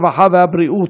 הרווחה והבריאות.